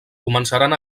començaran